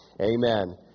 amen